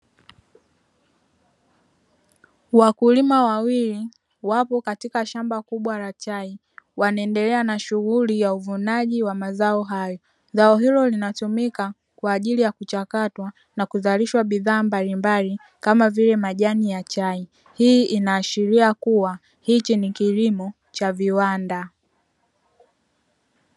Wakulima wawili wapo katika shamba kubwa la chai, wanaendelea na shughuli ya uvunaji wa mazao hayo. Zao hilo linatumika kwa ajili ya kuchakatwa na kuzalishwa bidhaa mbili mbali kama vile; majani ya chai, hii inaashiria kua hichi ni kilimo cha viwanda.